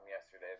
yesterday